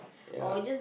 ya